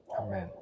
Amen